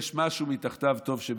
יש מתחתיו משהו טוב שמסתתר.